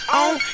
on